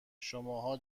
شماها